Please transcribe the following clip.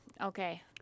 Okay